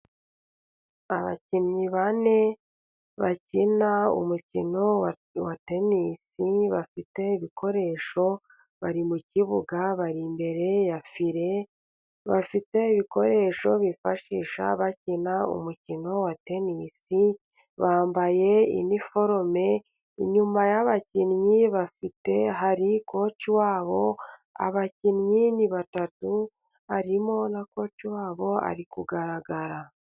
Abakinnyi bane bakina umukino wa tenisi bafite ibikoresho bari mu kibuga. Bari imbere ya file bafite ibikoresho bifashisha bakina umukino wa tenisi. Bambaye iniforume inyuma y'abakinnyi. Bafite hari koci wabo. Abakinnyi batatu harimo na koci wabo ari kugaragara.